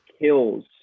kills